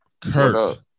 Kurt